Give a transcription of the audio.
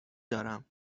دارم